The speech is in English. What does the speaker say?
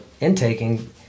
intaking